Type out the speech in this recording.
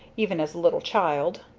even as a little child.